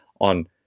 on